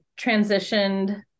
transitioned